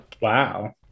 Wow